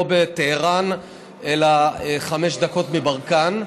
לא בטהרן אלא חמש דקות מברקן,